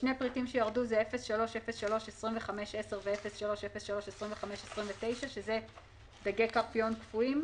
שני פריטים שירדו הם 03032510 ו-03032529 שזה דגי קרפיון קפואים.